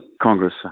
Congress